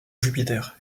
jupiter